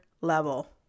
level